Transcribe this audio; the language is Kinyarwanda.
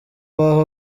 baha